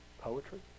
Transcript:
poetry